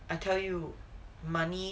I tell you money